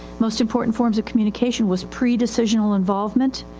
most important forms of communication was pre-decisional involvement.